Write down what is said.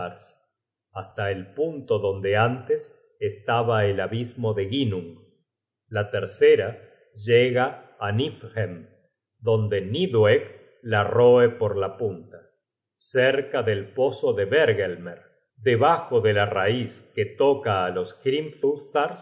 hasta el punto donde antes estaba el abismo de ginnung la tercera llega á niflhem donde nidhoegg la roe por la punta cerca del pozo de hvergelmer debajo de la raiz que toca á los